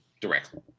directly